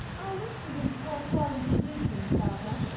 i wish you wouldn't tell cholly to do things, barbara.